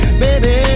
baby